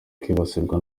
kwibasirwa